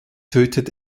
tötet